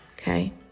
Okay